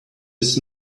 his